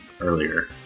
earlier